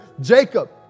Jacob